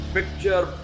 Picture